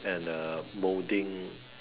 and uh moulding